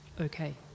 Okay